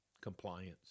compliance